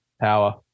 power